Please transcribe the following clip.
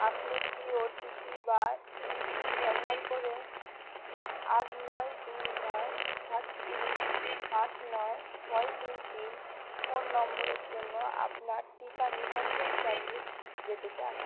আপনি কি ওটিপি বা এমপিন ব্যবহার করে আট নয় দুই নয় সাত তিন পাঁচ নয় ছয় দুই তিন ফোন নম্বরের জন্য আপনার টিকা নিবন্ধন চালিয়ে যেতে চান